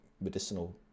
medicinal